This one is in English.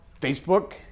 Facebook